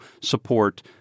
support